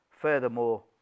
Furthermore